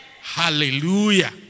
Hallelujah